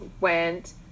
went